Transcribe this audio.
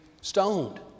stoned